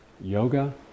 yoga